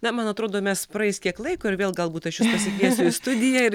na man atrodo mes praeis kiek laiko ir vėl galbūt aš jus pasikviesiu į studiją ir